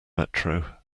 metro